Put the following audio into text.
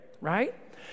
right